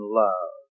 love